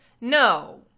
No